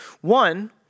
One